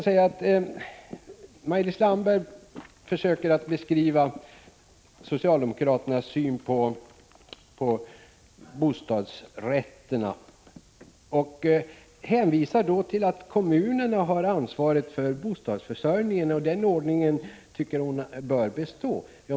När Maj-Lis Landberg försöker beskriva socialdemokraternas syn på bostadsrätter hänvisar hon till att kommunerna har ett ansvar för bostadsförsörjningen. Hon tycker att den ordningen bör bestå.